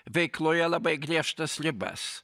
veikloje labai griežtas ribas